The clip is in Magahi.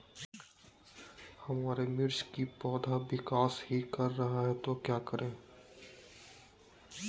हमारे मिर्च कि पौधा विकास ही कर रहा है तो क्या करे?